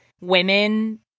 women